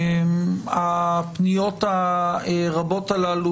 הפניות הרבות הללו,